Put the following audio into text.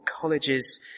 colleges